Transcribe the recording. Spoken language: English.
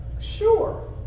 Sure